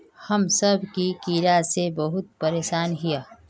हम सब की कीड़ा से बहुत परेशान हिये?